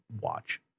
watch